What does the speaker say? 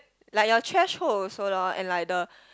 like your threshold also lor and like the